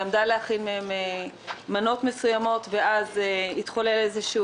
עמדה להכין מנות מסוימות ואז התחולל איזשהו